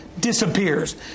disappears